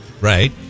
Right